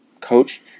coach